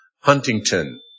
Huntington